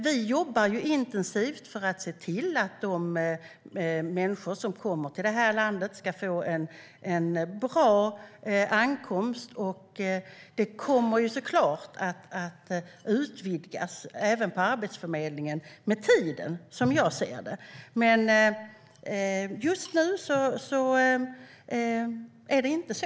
Vi jobbar intensivt för att se till att de människor som kommer till det här landet ska få en bra ankomst. Det kommer såklart att utvidgas även på Arbetsförmedlingen med tiden, som jag ser det. Men just nu är det inte så.